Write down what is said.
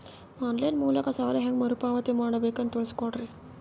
On line ಮೂಲಕ ಸಾಲ ಹೇಂಗ ಮರುಪಾವತಿ ಮಾಡಬೇಕು ಅಂತ ತಿಳಿಸ ಕೊಡರಿ?